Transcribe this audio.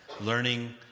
Learning